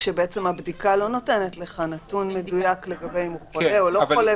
כשבעצם הבדיקה לא נותנת נתון מדויק אם הוא חולה או לא חולה,